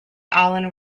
alan